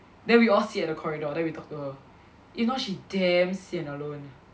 then we all sit at the corridor then we talk to her eh you know she damn sian alone